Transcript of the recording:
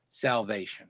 salvation